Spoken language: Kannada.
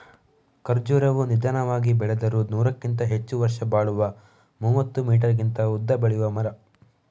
ಖರ್ಜುರವು ನಿಧಾನವಾಗಿ ಬೆಳೆದರೂ ನೂರಕ್ಕಿಂತ ಹೆಚ್ಚು ವರ್ಷ ಬಾಳುವ ಮೂವತ್ತು ಮೀಟರಿಗಿಂತ ಉದ್ದ ಬೆಳೆಯುವ ಮರ